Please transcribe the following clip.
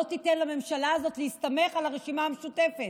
לא תיתן לממשלה הזאת להסתמך על הרשימה המשותפת,